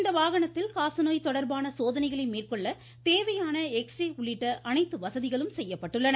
இந்த வாகனத்தில் காசநோய் தொடர்பான சோதனைகளை மேற்கொள்ள தேவையான எக்ஸ்ரே உள்ளிட்டஅனைத்துவசதிகளும் செய்யப்பட்டுள்ளது